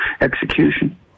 execution